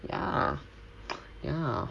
ya ya